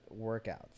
workouts